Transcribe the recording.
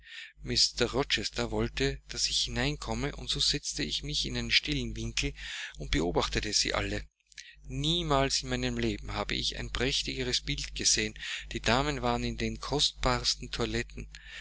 wollte daß ich hineinkomme und so setzte ich mich in einen stillen winkel und beobachtete sie alle niemals in meinem leben habe ich ein prächtigeres bild gesehen die damen waren in den kostbarsten toiletten